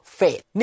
faith